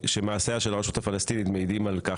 שמעשיה של הרשות הפלסטינית מעידים על כך